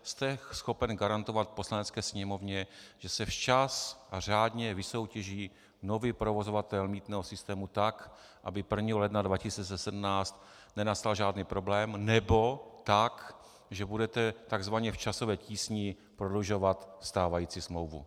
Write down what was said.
Jste schopen garantovat Poslanecké sněmovně, že se včas a řádně vysoutěží nový provozovatel mýtného systému tak, aby 1. ledna 2017 nenastal žádný problém, nebo tak, že budete tzv. v časové tísni prodlužovat stávající smlouvu?